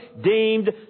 deemed